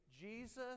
Jesus